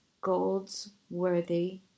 Goldsworthy